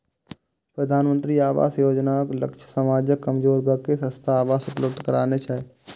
प्रधानमंत्री आवास योजनाक लक्ष्य समाजक कमजोर वर्ग कें सस्ता आवास उपलब्ध करेनाय छै